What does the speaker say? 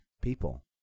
people